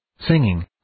singing